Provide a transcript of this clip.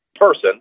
person